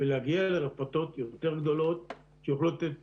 ולהגיע לרפתות יותר גדולות שיכולות לתת תשובה.